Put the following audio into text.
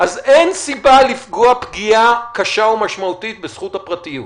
אז אין סיבה לפגוע פגיעה קשה ומשמעותית בזכות הפרטיות.